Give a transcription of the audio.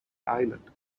island